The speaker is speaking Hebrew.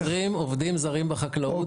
חסר 20 עובדים זרים בחקלאות.